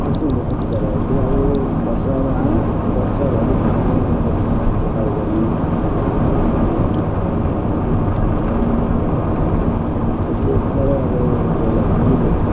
यसतो हुँदो रहेछ बिचराहरूले अब वर्षमा वर्षभरी खाने या त व्यापार गर्ने हामीले जे पनि अन्न लगाएको हु्न्छ जे पनि साग पात जो लगाएको हुन्छ त्यसले यती साह्रो अब कोहीबेला हुरीले